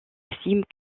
estiment